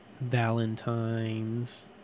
Valentine's